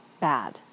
bad